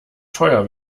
teuer